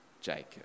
jacob